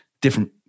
different